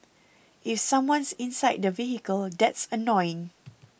if someone's inside the vehicle that's annoying